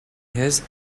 his